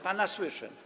Pana słyszę.